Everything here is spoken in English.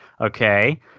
okay